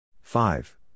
five